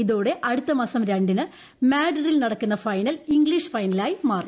ഇതോടെ അടുത്ത മാസം രണ്ടിമ്പ് മാട്ട്ഡിഡിൽ നടക്കുന്ന ഫൈനൽ ഇംഗ്ലീഷ് ഫൈനലായി മാറി